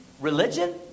religion